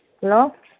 hello